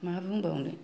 मा बुंबावनो